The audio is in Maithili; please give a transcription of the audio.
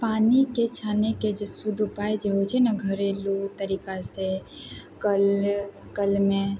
पानिके छानिके जे शुद्ध उपाय होइ छै ने घरेलु तरीका से कल कलमे